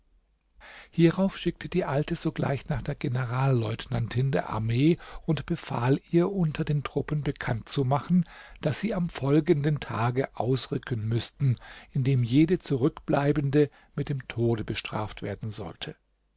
hierauf schickte die alte sogleich nach der generalleutnantin der armee und befahl ihr unter den truppen bekannt zu machen daß sie am folgenden tage ausrücken müßten indem jede zurückbleibende mit dem tode bestraft werden sollte